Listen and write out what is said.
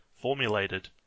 formulated